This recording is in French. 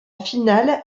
finale